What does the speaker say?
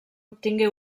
obtingué